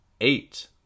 eight